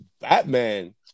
Batman